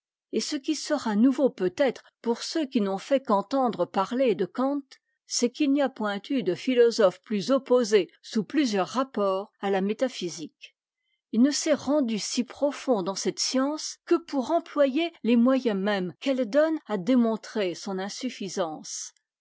humain et'ce qui sera nouveau peut-être pour ceux qui n'ont fait qu'entendre parler de kant c'est qu'il n'y a point eu de philosophe plus opposé sous plusieurs rapports à la métaphysique il ne s'est rendu si profond dans cette science que pour employer les moyens mêmes qu'elle donne à démontrer son insuffisance